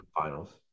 finals